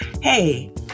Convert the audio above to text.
Hey